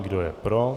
Kdo je pro?